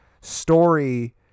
story